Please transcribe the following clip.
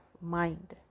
mind